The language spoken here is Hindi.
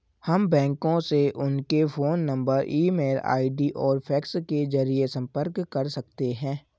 हम बैंकों से उनके phone number email ID और फैक्स के जरिए संपर्क कर सकते हैं